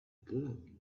girl